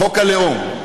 חוק הלאום.